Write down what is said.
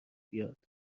بیاد